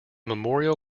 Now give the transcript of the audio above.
memorial